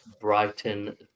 Brighton